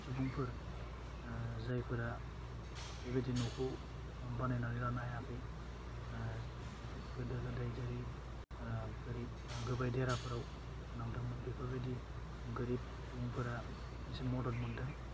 सुबुंफोर ओह जायफोरा बेबादि न'खौ बानायनानै लानो हायाखै ओह गोदो गोदै जेरै ओह गोरिब ओह गोबाय देराफोराव थानांदोंमोन बेफोर बायदि गोरिब सुबुंफोरा इसि मदद मोनदों